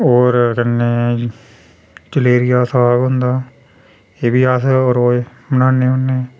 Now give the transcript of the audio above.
होर कन्नै चलेरिया दा साग होंदा एह बी अस रोज बनाने होन्ने